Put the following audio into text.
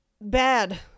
Bad